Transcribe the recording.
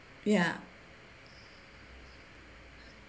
ya